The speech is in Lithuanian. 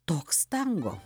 toks tango